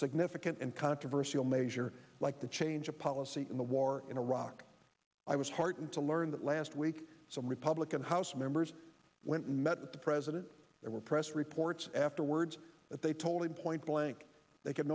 significant and controversial measure like the change of policy in the war in iraq i was heartened to learn that last week some republican house members went and met the president there were press reports afterwards that they told him point blank they could